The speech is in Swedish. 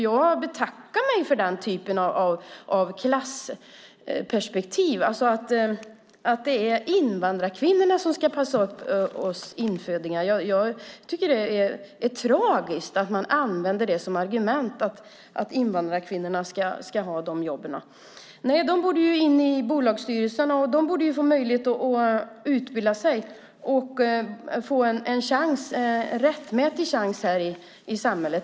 Jag betackar mig för den typen av klassperspektiv, att det är invandrarkvinnorna som ska passa upp oss infödingar. Jag tycker att det är tragiskt att man använder argumentet att invandrarkvinnorna ska ha de jobben. Nej, de borde in i bolagsstyrelserna, och de borde få möjlighet att utbilda sig och få en rättmätig chans i samhället.